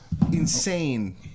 insane